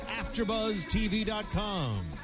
AfterBuzzTV.com